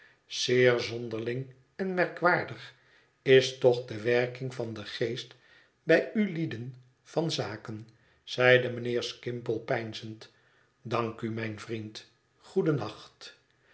zeer zonderling en merkwaardig is toch de werking van den geest bij u lieden van zaken zeide mijnheer skimpole peinzend dank u mijn vriend